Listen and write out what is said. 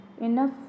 enough